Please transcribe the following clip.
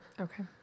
Okay